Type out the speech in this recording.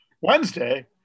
wednesday